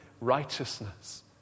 righteousness